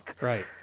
Right